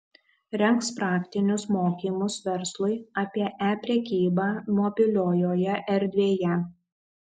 rengs praktinius mokymus verslui apie e prekybą mobiliojoje erdvėje